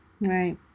right